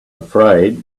afraid